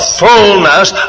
fullness